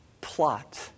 plot